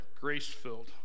grace-filled